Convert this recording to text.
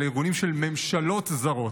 אלה ארגונים של ממשלות זרות,